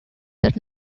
that